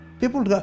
People